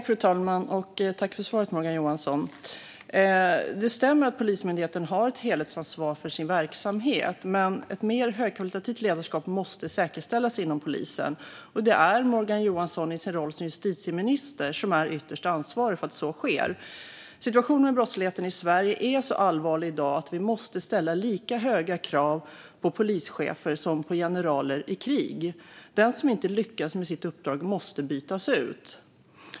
Fru talman! Tack för svaret, Morgan Johansson! Det stämmer att Polismyndigheten har ett helhetsansvar för sin verksamhet, men ett mer högkvalitativt ledarskap måste säkerställas inom polisen. Det är Morgan Johansson i sin roll som justitieminister som är ytterst ansvarig för att så sker. Situationen för brottsligheten i Sverige är så allvarlig i dag att vi måste ställa lika höga krav på polischefer som på generaler i krig. Den som inte lyckas med sitt uppdrag måste bytas ut.